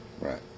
Right